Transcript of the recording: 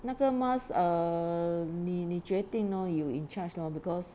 那个 mask err 你你决定咯 you in charge lor because